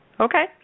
Okay